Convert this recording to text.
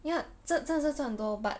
ya 真真的是赚很多 but